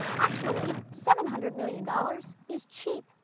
actually, seven hundred million dollars is cheap.